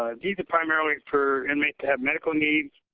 ah these are primarily for inmates that have medical needs.